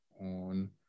on